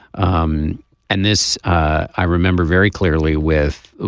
um and this i remember very clearly with